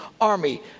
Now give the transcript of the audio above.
army